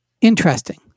Interesting